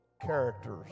characters